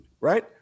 right